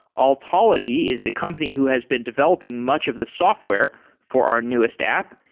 altology is the company who has been developing much of the software for our newest app,